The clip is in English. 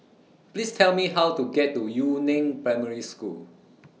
Please Tell Me How to get to Yu Neng Primary School